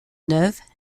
neuves